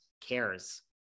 cares